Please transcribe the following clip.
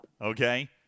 Okay